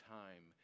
time